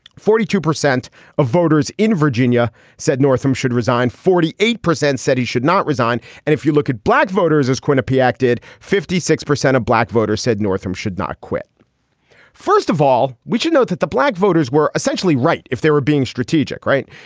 forty two percent of voters in virginia said northam should resign forty eight percent said he should not resign. and if you look at black voters as quinnipiac did fifty six percent of black voters said northam should not quit first of all we should note that the black voters were essentially right if they were being strategic. right.